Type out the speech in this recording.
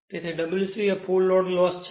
તેથી Wc એ full load copper loss છે